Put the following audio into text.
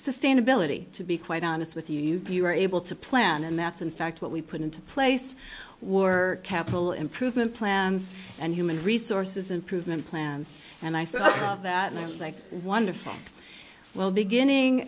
sustainability to be quite honest with you if you were able to plan and that's in fact what we put into place were capital improvement plans and human resources improvement plans and i saw that and i was like one of the well beginning